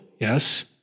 Yes